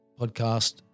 podcast